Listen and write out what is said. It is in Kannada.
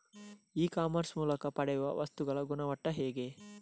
ಇ ಕಾಮರ್ಸ್ ಮೂಲಕ ಪಡೆಯುವ ವಸ್ತುಗಳ ಗುಣಮಟ್ಟ ಹೇಗೆ?